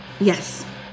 Yes